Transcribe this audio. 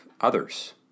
others